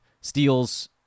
Steals